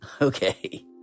Okay